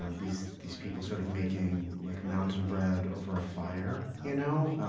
ah these these people sort of making like mountain bread over a fire. you know